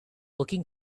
looking